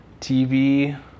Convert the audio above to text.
tv